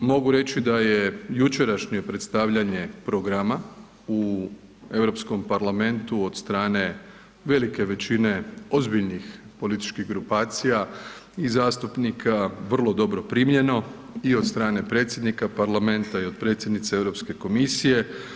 Mogu reći da je jučerašnje predstavljanje programa u Europskom parlamentu od strane velike većine ozbiljnih političkih grupacija i zastupnika vrlo dobro primljeno i od strane predsjednika parlamenta i od predsjednice Europske komisije.